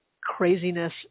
craziness